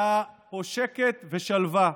היה פה שקט ושלווה.